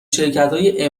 شرکتهای